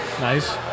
Nice